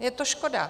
Je to škoda.